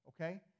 Okay